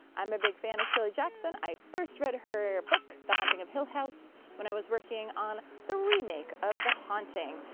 i'm a big fan of shirley jackson, i first read her book the haunting of hill house when i was working on the remake of the haunting.